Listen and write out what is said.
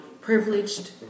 privileged